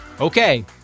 Okay